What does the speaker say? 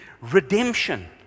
Redemption